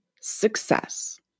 success